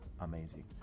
amazing